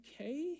Okay